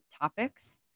topics